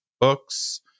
books